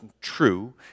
true